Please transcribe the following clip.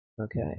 Okay